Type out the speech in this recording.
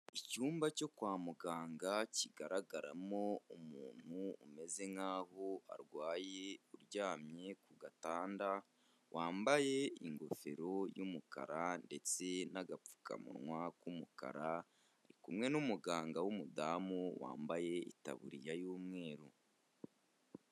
Icyumba cyo kwa muganga kigaragaramo umuntu umeze nk'aho arwaye uryamye ku gatanda, wambaye ingofero y'umukara ndetse n'agapfukamunwa k'umukara, ari kumwe n'umuganga w'umudamu, wambaye itaburiya y'umweru.